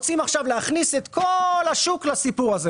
הם רוצים להכניס את כל השוק לסיפור הזה.